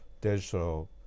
digital